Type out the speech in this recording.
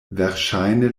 verŝajne